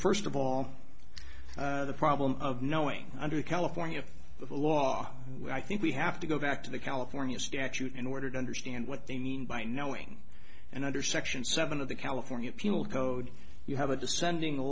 first of all the problem of knowing under california law i think we have to go back to the california statute in order to understand what they mean by knowing and under section seven of the california penal code you have a descending